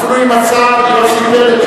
אפילו עם השר יוסי פלד,